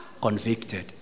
convicted